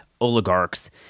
oligarchs